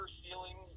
ceiling